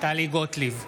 טלי גוטליב,